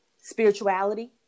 spirituality